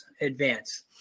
advance